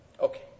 Okay